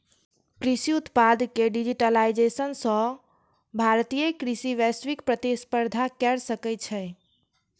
कृषि उत्पाद के डिजिटाइजेशन सं भारतीय कृषि वैश्विक प्रतिस्पर्धा कैर सकै छै